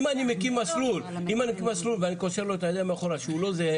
אם אני מקים מסלול ואני קושר את הידיים אחורה שהוא לא זהה